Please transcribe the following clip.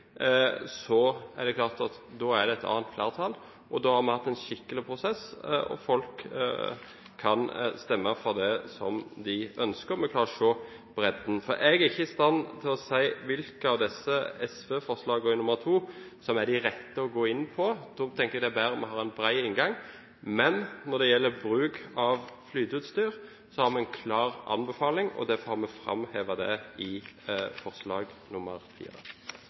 er det et annet flertall. Da har vi hatt en skikkelig prosess, folk kan stemme for det de ønsker, og vi klarer å se bredden – for jeg er ikke i stand til å si hvilke av disse SV-forslagene i nr. 2 som er de rette å gå inn for. Da tenker jeg det er bedre at vi har en bred inngang. Men når det gjelder bruk av flyteutstyr, har vi en klar anbefaling, og derfor har vi framhevet det i forslag